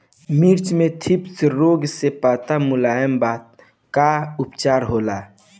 मिर्च मे थ्रिप्स रोग से पत्ती मूरत बा का उपचार होला?